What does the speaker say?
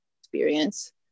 experience